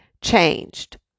changed